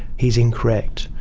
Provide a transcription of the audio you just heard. he's incorrect.